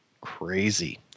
Crazy